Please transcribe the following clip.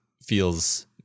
feels